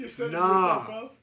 Nah